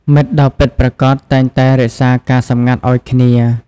មិត្តដ៏ពិតប្រាកដតែងតែរក្សាការសម្ងាត់ឱ្យគ្នា។